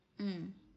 mmhmm